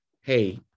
hey